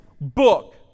book